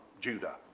Judah